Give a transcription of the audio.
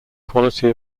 quality